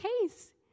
case